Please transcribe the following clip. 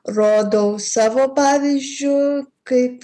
rodau savo pavyzdžiu kaip